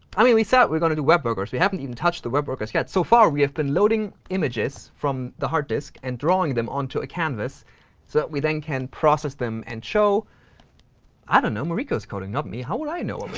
i mean, we said we were going to do webworkers. we haven't even touched the webworkers yet. so far, we have been loading images from the hard disk and drawing them onto a canvas so that we then can process them and show i don't know. mariko's coding, not me. how would i know